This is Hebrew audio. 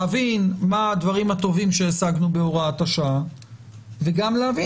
להבין מה הדברים הטובים שהשגנו בהוראת השעה וגם להבין